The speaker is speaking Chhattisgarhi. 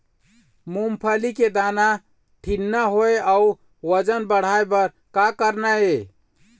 मूंगफली के दाना ठीन्ना होय अउ वजन बढ़ाय बर का करना ये?